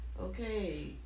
Okay